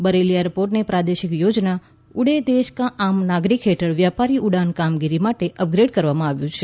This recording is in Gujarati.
બરેલી એરપોર્ટને પ્રાદેશિક યોજના ઉડે દેશ કા આમ નાગરીક હેઠળ વ્યાપારી ઉડાન કામગીરી માટે અપગ્રેડ કરવામાં આવ્યું છે